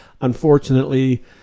Unfortunately